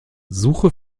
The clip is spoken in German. suche